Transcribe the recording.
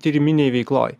tyriminėj veikloj